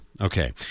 okay